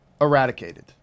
eradicated